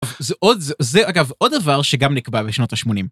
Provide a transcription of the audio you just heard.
זה עוד, זה אגב עוד דבר שגם נקבע בשנות ה-80.